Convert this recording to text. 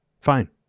fine